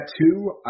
two